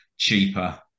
Cheaper